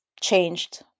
changed